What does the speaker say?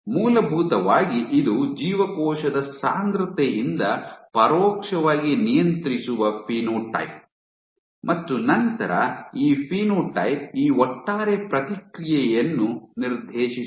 ಮೂಲಭೂತವಾಗಿ ಇದು ಜೀವಕೋಶದ ಸಾಂದ್ರತೆಯಿಂದ ಪರೋಕ್ಷವಾಗಿ ನಿಯಂತ್ರಿಸುವ ಫಿನೋಟೈಪ್ ಮತ್ತು ನಂತರ ಈ ಫಿನೋಟೈಪ್ ಈ ಒಟ್ಟಾರೆ ಪ್ರತಿಕ್ರಿಯೆಯನ್ನು ನಿರ್ದೇಶಿಸುತ್ತದೆ